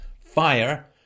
fire